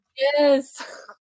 yes